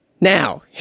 Now